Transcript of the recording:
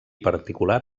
particular